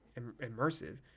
immersive